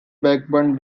blackburn